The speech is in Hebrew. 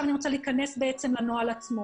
אני רוצה להיכנס להנחיות עצמן.